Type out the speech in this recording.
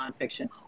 nonfiction